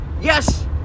Yes